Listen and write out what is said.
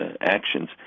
actions